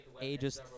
ages